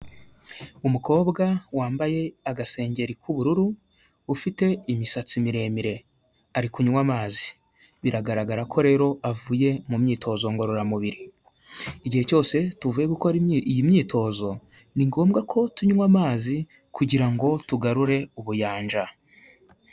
Umukobwa wambaye agasengeri k'ubururu, ufite imisatsi miremire ari kunywa amazi, biragaragara ko rero avuye mu myitozo ngororamubiri, igihe cyose tuvuye gukora iyi myitozo ni ngombwa ko tunywa amazi kugira ngo tugarure ubuyanja.